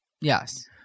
Yes